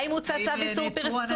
האם הוצא צו איסור פרסום.